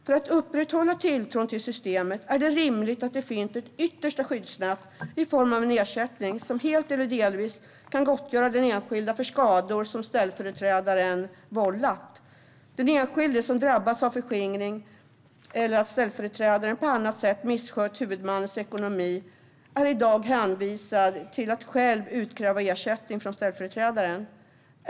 För att upprätthålla tilltron till systemet är det rimligt att det finns ett yttersta skyddsnät i form av en ersättning som helt eller delvis kan gottgöra den enskilde för skador som ställföreträdaren har vållat. Den enskilde som drabbas av förskingring eller av att ställföreträdaren på annat sätt misskött huvudmannens ekonomi är i dag hänvisad till att själv utkräva ersättning från ställföreträdaren.